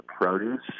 produce